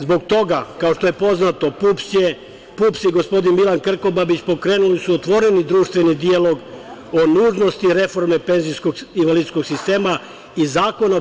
Zbog toga, kao što je poznato PUPS i gospodin Milan Krokobabić pokrenuli su otvoreni društveni dijalog o nužnosti reforme penzijsko-invalidskog sistema i Zakona o PIO.